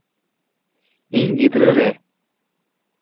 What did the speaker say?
ᱤᱧ ᱜᱤᱫᱽᱨᱟᱹ ᱨᱮ